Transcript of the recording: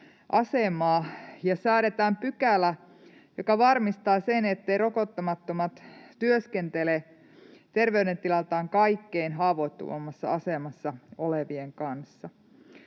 ja säädetään pykälä, joka varmistaa sen, etteivät rokottamattomat työskentele terveydentilaltaan kaikkein haavoittuvimmassa asemassa olevien kanssa.